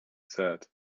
said